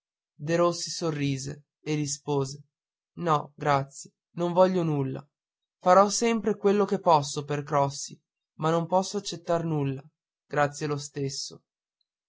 mamma derossi sorrise e rispose no grazie non voglio nulla farò sempre quello che posso per crossi ma non posso accettar nulla grazie lo stesso